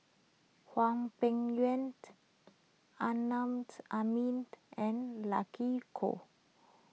Hwang Peng Yuan Amin and Lucky Koh